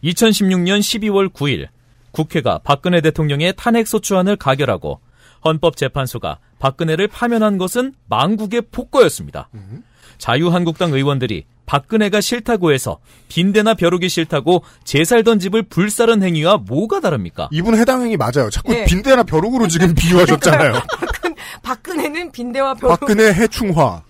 2016년 12월 9일, 국회가 박근혜 대통령의 탄핵소추안을 가결하고 헌법재판소가 박근혜를 파면한 것은 망국의 폭거였습니다. 음. 자유한국당 의원들이 박근혜가 싫다고 해서 빈대나 벼룩이 싫다고 제 살던 집을 불살은 행위와 뭐가 다릅니까? 이분 해당 행위 맞아요. 자꾸 네. 빈대나 벼룩으로 지금 그러니까 비유하셨잖아요. 박근- 박근혜는 빈대와 벼룩. 박근혜 해충화.